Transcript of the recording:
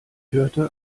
hörte